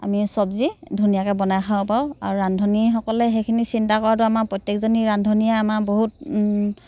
আমি চব্জী ধুনীয়াকৈ বনাই খাব পাৰোঁ আৰু ৰান্ধনিসকলে সেইখিনি চিন্তা কৰাটো আমাৰ প্ৰত্যেকজনী ৰান্ধনিয়ে আমাৰ বহুত